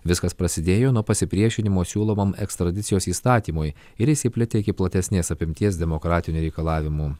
viskas prasidėjo nuo pasipriešinimo siūlomam ekstradicijos įstatymui ir išsiplėtė iki platesnės apimties demokratinių reikalavimų